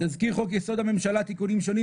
תזכיר חוק-יסוד: הממשלה (תיקונים שונים),